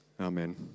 Amen